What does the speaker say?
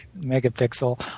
megapixel